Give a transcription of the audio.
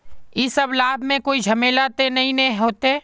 इ सब लाभ में कोई झमेला ते नय ने होते?